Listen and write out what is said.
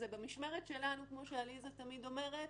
כמו שעליזה תמיד אומרת,